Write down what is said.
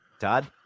Todd